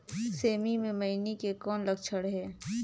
सेमी मे मईनी के कौन लक्षण हे?